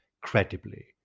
credibly